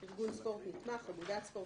אנחנו נפעל כדי להחיל את זה ב-2019,